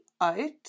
out